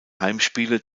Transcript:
heimspiele